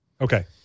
Okay